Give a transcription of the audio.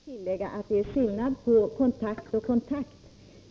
Fru talman! Jag skulle vilja tillägga att det är skillnad på kontakt och kontakt.